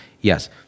yes